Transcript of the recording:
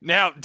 Now